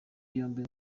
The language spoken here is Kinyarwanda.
yombi